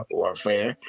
warfare